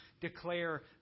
declare